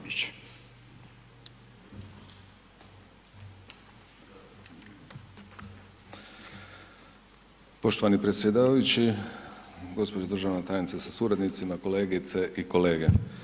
Poštovani predsjedavajući, gđo. državna tajnice sa suradnicima, kolegice i kolege.